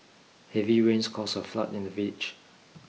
heavy rains caused a flood in the village